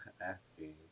asking